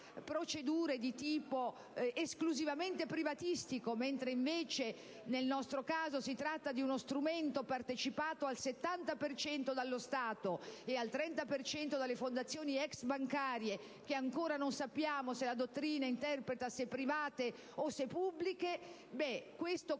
procedure di tipo esclusivamente privatistico, mentre nel nostro caso si tratta di uno strumento partecipato al 70 per cento dallo Stato e al 30 per cento dalle fondazioni *ex* bancarie, che ancora non sappiamo se la dottrina interpreti come private o pubbliche), comunque comporta